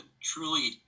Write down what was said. truly